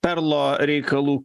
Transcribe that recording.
perlo reikalų